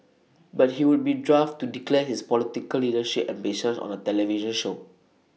but he would be daft to declare his political leadership ambitions on the television show